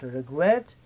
regret